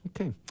Okay